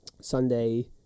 Sunday